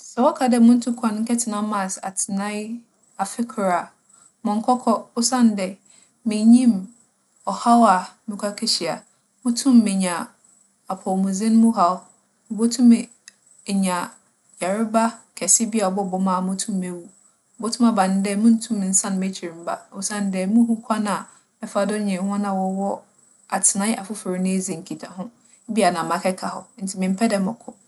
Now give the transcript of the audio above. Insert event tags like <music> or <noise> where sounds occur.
Sɛ wͻka dɛ muntu kwan nkɛtsena Maas atsenae afe kor a, monnkͻkͻ osiandɛ minnyim ͻhaw a mͻkͻ ekehyia. Motum menya apͻwmudzen mu haw. Mubotum <noise> enya yarba kɛse bi a ͻbͻbͻ me a metum mewu Obotum aba no dɛ munntum nnsan m'ekyir mmba osiandɛ munnhu kwan a mɛfa do nye hͻn a wͻwͻ atsenae afofor no edzi nkitaho. Bi a na makɛka hͻ ntsi memmpɛ dɛ mͻkͻ.